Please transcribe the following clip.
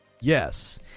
yes